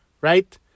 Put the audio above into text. right